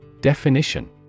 Definition